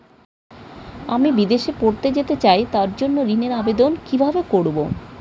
আমি বিদেশে পড়তে যেতে চাই তার জন্য ঋণের আবেদন কিভাবে করব?